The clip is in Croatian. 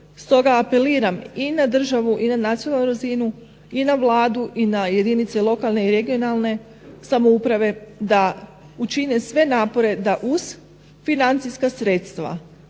Stoga apeliram i na državu i na nacionalnu razinu i na Vladu i na jedinice lokalne i regionalne samouprave da učine sve napore da uz financijska sredstva,